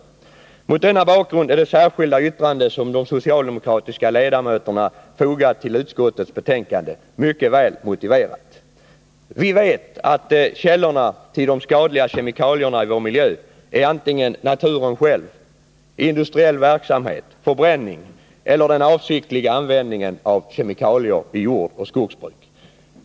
Mot denna bakgrund är det särskilda yttrande som de socialdemokratiska ledamöterna fogat till utskottets betänkande mycket välmotiverat. Vi vet att källorna till de skadliga kemikalierna i vår miljö är naturen själv, industriell verksamhet, förbränning eller den avsiktliga användningen av kemikalier i jordoch skogsbruk.